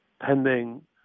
pending